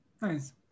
Nice